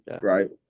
right